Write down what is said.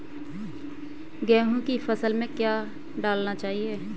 गेहूँ की फसल में क्या क्या डालना चाहिए?